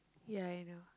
ya I know